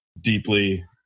deeply